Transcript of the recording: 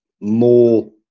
more